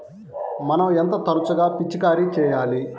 మనం ఎంత తరచుగా పిచికారీ చేయాలి?